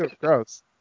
gross